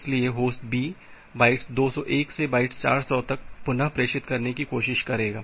इसलिए host B bytes 201 से bytes 400 तक पुनः प्रेषित करने की कोशिश करेगा